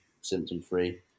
symptom-free